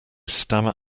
stammer